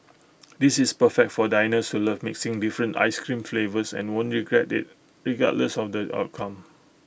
this is perfect for diners who love mixing different Ice Cream flavours and won't regret IT regardless of the outcome